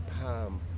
palm